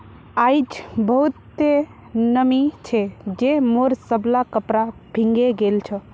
आइज बहुते नमी छै जे मोर सबला कपड़ा भींगे गेल छ